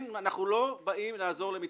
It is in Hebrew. אנחנו לא באים לעזור למתחמקים.